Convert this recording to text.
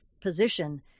position